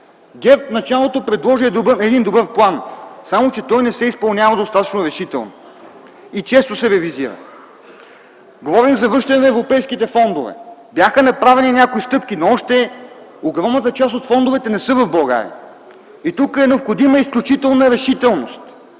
ГЕРБ в началото предложи един добър план, само че той не се изпълнява достатъчно решително и често се ревизира. Говорим за връщане на европейските фондове. Бяха направени някои стъпки, но още огромната част от фондовете не са в България. И тук е необходима изключителна решителност,